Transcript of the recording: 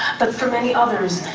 but for many others,